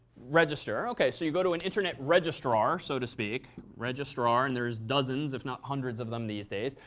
register, ok. so you go to an internet registrar so to speak. registrar. and there's dozens, if not hundreds, of them these days.